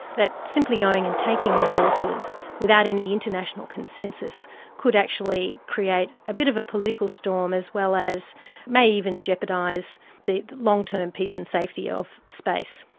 that simply going and taking resources without any international consensus could actually create a bit of a political storm as well as may even jeopardise the long-term peace and safety of space.